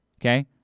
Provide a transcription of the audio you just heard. okay